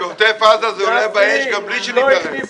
בעוטף עזה זה עולה באש גם בלי שנתערב.